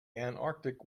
antarctic